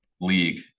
league